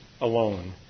alone